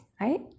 right